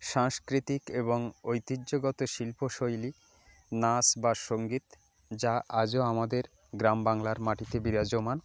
সাংস্কৃতিক এবং ঐতিহ্যগত শিল্পশৈলী নাচ বা সঙ্গীত যা আজও আমাদের গ্রাম বাংলার মাটিতে বিরাজমান